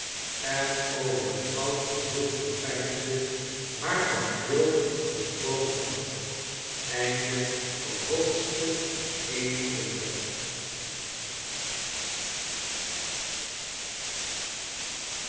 en over het goud en zilver peinsde waarvan quilp gesproken had